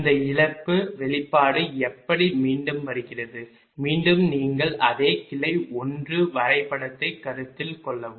இந்த இழப்பு வெளிப்பாடு எப்படி மீண்டும் வருகிறது மீண்டும் நீங்கள் அதே கிளை 1 வரைபடத்தை கருத்தில் கொள்ளவும்